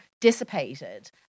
dissipated